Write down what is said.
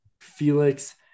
Felix